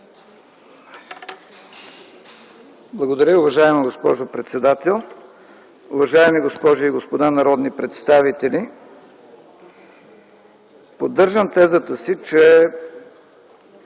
Благодаря, уважаема госпожо председател. Уважаеми госпожи и господа народни представители, поддържам тезата си, че